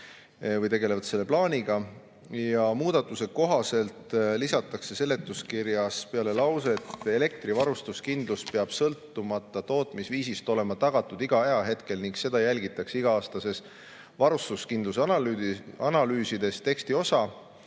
või tegelevad selle plaaniga. Muudatuse kohaselt lisatakse seletuskirjas peale lauset "Elektri varustuskindlus peab sõltumata tootmisviisist olema tagatud igal ajahetkel ning seda jälgitakse iga-aastastes varustuskindluse analüüsides." tekstiosa